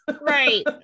Right